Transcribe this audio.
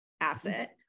asset